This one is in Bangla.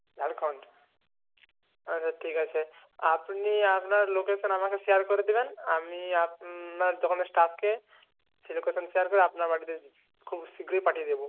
ঝাড়খণ্ড আচ্ছা ঠিক আছে আপনি আপনার লোকেশান আমাকে শেয়ার করে দিবেন আমি আপনার দোকানের স্টাফকে সেই লোকেশান শেয়ার করে আপনার বাড়িতে খুব শীঘ্রই পাঠিয়ে দেবো